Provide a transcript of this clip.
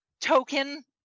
token